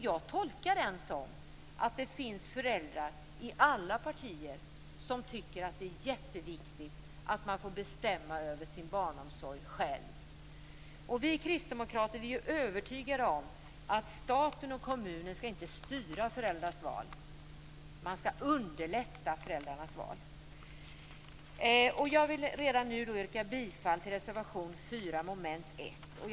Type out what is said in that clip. Jag tolkar det som att det finns föräldrar i alla partier som tycker att det är jätteviktigt att få bestämma över sin barnomsorg själva. Vi kristdemokrater är övertygade om att staten och kommunen inte skall styra föräldrars val. Man skall underlätta föräldrars val. Jag vill redan nu yrka bifall till reservation 4 under mom. 1.